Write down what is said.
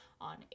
on